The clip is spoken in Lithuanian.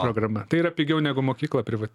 programa tai yra pigiau negu mokykla privati